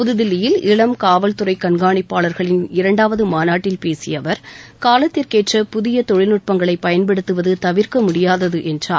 புத்தில்லியில் இளம் காவல்துறைக் கண்காணிப்பாளர்களின் இரண்டாவது மாநாட்டில் பேசிய அவர் காலத்திற்கேற்ற புதிய தொழில் நுட்பங்களை பயன்படுத்துவது தவிர்க்க முடியாதது என்றார்